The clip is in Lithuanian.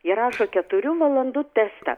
jie rašo keturių valandų testą